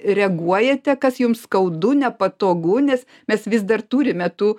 reaguojate kas jums skaudu nepatogu nes mes vis dar turime tų